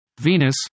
Venus